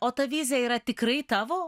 o ta vizija yra tikrai tavo